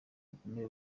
bakomeye